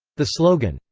the slogan,